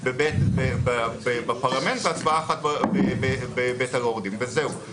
אני אגיד את הסיבה למה 15. דווקא זה מבחינתי הסדר מאזן.